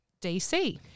dc